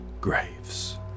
graves